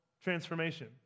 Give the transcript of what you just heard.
transformation